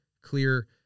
clear